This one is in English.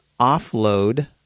offload